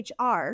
HR